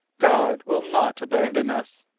god will not abandon us